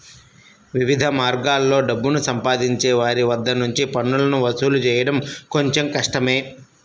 వివిధ మార్గాల్లో డబ్బుని సంపాదించే వారి వద్ద నుంచి పన్నులను వసూలు చేయడం కొంచెం కష్టమే